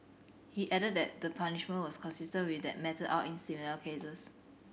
he added that the punishment was consistent with that meted out in similar cases